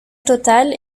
total